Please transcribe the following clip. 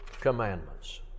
commandments